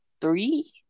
three